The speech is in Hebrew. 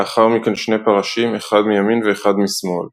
לאחר מכן 2 פרשים, אחד מימין ואחד משמאל.